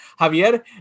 Javier